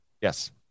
Yes